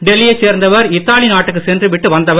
டெல்லியைச் சேர்ந்தவர் இத்தாலி நாட்டுக்கு சென்று விட்டு வந்தவர்